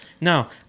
Now